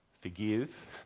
Forgive